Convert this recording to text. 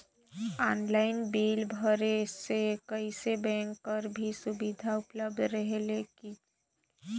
Online bill भरे से कइसे बैंक कर भी सुविधा उपलब्ध रेहेल की?